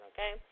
Okay